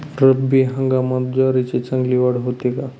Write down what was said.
रब्बी हंगामात ज्वारीची चांगली वाढ होते का?